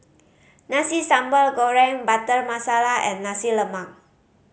Nasi Sambal Goreng Butter Masala and Nasi Lemak